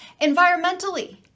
Environmentally